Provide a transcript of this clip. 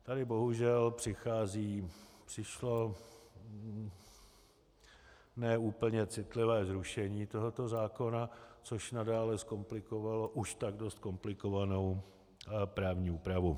Tady bohužel přichází, přišlo ne úplně citlivé zrušení tohoto zákona, což nadále zkomplikovalo už tak dost komplikovanou právní úpravu.